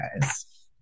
guys